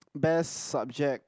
best subject